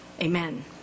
Amen